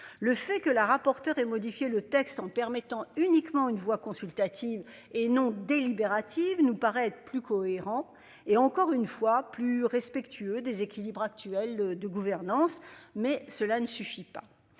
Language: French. Le fait que la rapporteure et modifier le texte en permettant uniquement une voix consultative et non délibérative nous paraît plus cohérent et encore une fois plus respectueux des équilibres actuels de gouvernance. Mais cela ne suffit pas